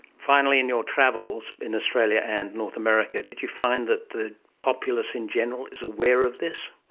finally, in your travels in australia and north america, did you find that the populace in general is aware of this?